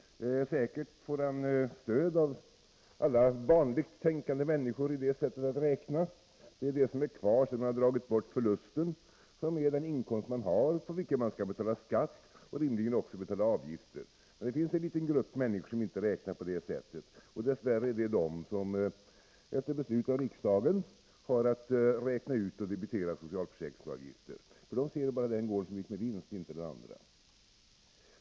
Säkert får han stöd av alla vanligt tänkande människor i det sättet att räkna. Det är vad som är kvar sedan man har dragit bort förlusten som är inkomsten, på vilken man skall betala skatt och rimligen också betala avgifter. Men det finns en liten grupp människor som inte räknar på detta sätt, och dess värre är det de som efter beslut av riksdagen har att räkna ut och debitera socialförsäkringsavgifter. De människorna ser bara den gård som gick med vinst — inte den andra.